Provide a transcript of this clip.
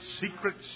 secrets